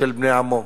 של בני עמו.